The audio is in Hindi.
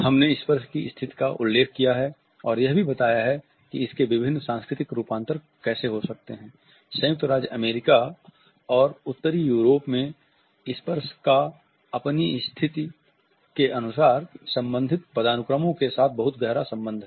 हमने स्पर्श की स्थिति का उल्लेख किया है और यह भी बताया है कि इसके विभिन्न सांस्कृतिक रूपांतर कैसे हो सकते हैं